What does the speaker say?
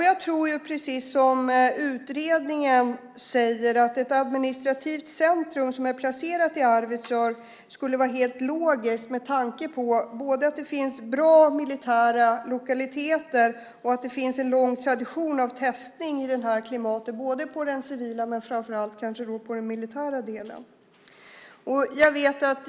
Jag tror precis som utredningen säger att ett administrativt centrum placerat i Arvidsjaur skulle vara helt logiskt med tanke på både att det finns bra militära lokaliteter och att det finns en lång tradition av testning i det här klimatet, både på den civila och framför allt kanske på den militära delen.